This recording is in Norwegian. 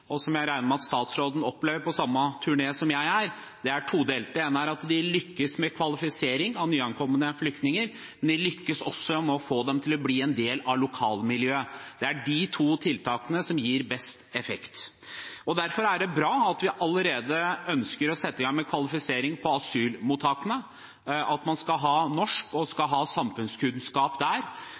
og som jeg regner med at statsråden har opplevd på samme turné som meg – er todelt. Det ene er at de lykkes med kvalifisering av nyankomne flyktninger, men de lykkes også med å få dem til å bli en del av lokalmiljøet. Det er de to tiltakene som gir best effekt. Derfor er det bra at vi allerede ønsker å sette i gang med kvalifisering på asylmottakene, at man skal ha norsk og samfunnskunnskap der.